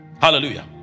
Hallelujah